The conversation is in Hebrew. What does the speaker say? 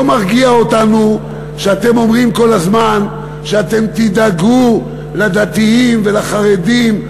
לא מרגיע אותנו שאתם אומרים כל הזמן שאתם תדאגו לדתיים ולחרדים.